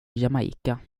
jamaica